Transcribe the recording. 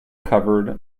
covered